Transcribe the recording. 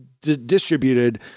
distributed